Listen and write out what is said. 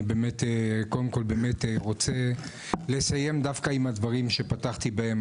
אני באמת קודם כול רוצה לסיים דווקא בדברים שפתחתי בהם,